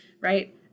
right